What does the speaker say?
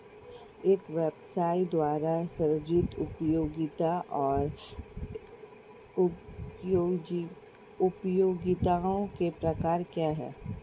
एक व्यवसाय द्वारा सृजित उपयोगिताओं के प्रकार क्या हैं?